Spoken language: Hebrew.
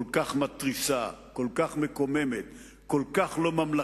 כל כך מתריסה, כל כך מקוממת, כל כך לא ממלכתית,